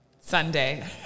Sunday